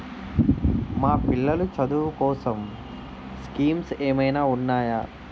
మా పిల్లలు చదువు కోసం స్కీమ్స్ ఏమైనా ఉన్నాయా?